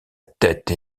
tête